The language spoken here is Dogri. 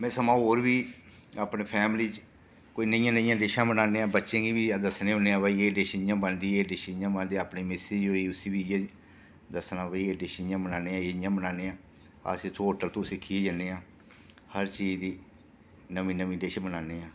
में सगुआं होर बी अपनी फैमिली च कोई नेहियां नेहियां डिशां बनान्ने आं बच्चें गी बी आस दस्सने होन्ने आं कि भई एह् डिश इ'यां बनदी एह् डिश इ'यां बनदी अपरनी मिसेज होई उसी बी इयै दस्सना भई एह् डिश इ'यां बनान्ने एह् डिश इ'यां बनान्ने आं अस इत्थूं होटल तों सिक्खियै जन्ने आं हर चीज दी नमीं नमीं डिश बनाने आं